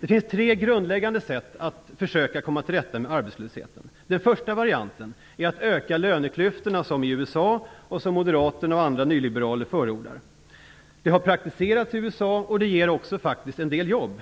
Det finns tre grundläggande sätt att försöka komma till rätta med arbetslösheten. Den första varianten är att öka löneklyftorna, som i USA, vilket Moderaterna och andra nyliberaler förordar. Det har praktiserats i USA, och det ger faktiskt en del jobb.